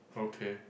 okay